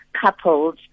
couples